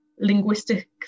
linguistic